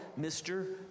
Mr